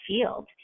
field